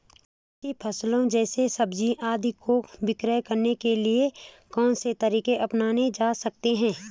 कच्ची फसल जैसे सब्जियाँ आदि को विक्रय करने के लिये कौन से तरीके अपनायें जा सकते हैं?